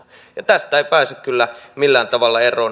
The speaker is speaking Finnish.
tästä ei pääse kyllä millään tavalla eroon